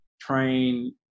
train